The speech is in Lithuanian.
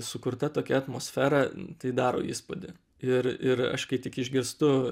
sukurta tokia atmosfera tai daro įspūdį ir ir aš kai tik išgirstu